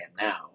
now